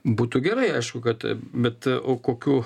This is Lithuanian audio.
būtų gerai aišku kad bet o kokių